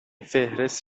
فهرست